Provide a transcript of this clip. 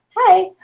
Hi